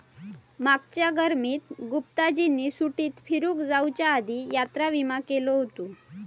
मागच्या गर्मीत गुप्ताजींनी सुट्टीत फिरूक जाउच्या आधी यात्रा विमा केलो हुतो